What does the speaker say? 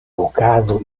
okazo